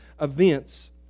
events